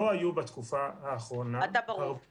הגשנו כתב אישום נגד שני אנשים ממוצא ערבי שהעלו פרסומים,